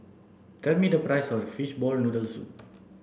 tell me the price of fishball noodle soup